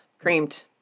Creamed